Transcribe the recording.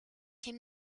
came